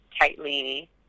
tightly